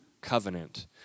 covenant